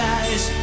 eyes